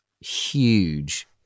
huge